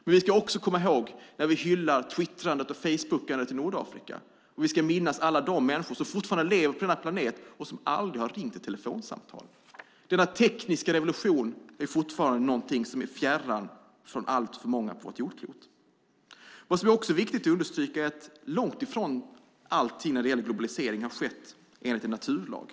Men när vi hyllar twittrandet och "facebookandet" i Nordafrika ska vi komma ihåg alla de människor som lever på denna planet och aldrig har ringt ett telefonsamtal. För alltför många är denna tekniska revolution fortfarande någonting främmande. Det är viktigt att understryka att när det gäller globalisering har det inte skett enligt en naturlag.